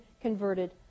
converted